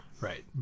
Right